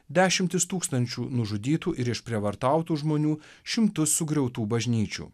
dešimtis tūkstančių nužudytų ir išprievartautų žmonių šimtus sugriautų bažnyčių